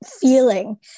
feeling